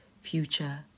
Future